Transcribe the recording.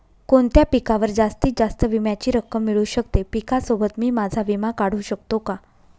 कोणत्या पिकावर जास्तीत जास्त विम्याची रक्कम मिळू शकते? पिकासोबत मी माझा विमा काढू शकतो का?